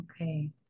Okay